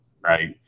right